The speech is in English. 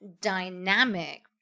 dynamic